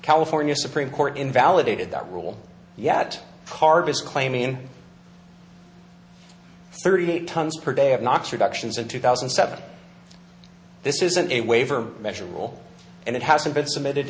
california supreme court invalidated that rule yet harvest claiming thirty eight tons per day of knox reductions in two thousand and seven this isn't a waiver measure role and it hasn't been submitted